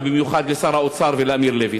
ובייחוד לשר האוצר ולאמיר לוי.